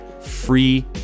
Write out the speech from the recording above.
free